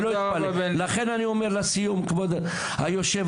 לכן אני אומר, לסיום, כבוד היושב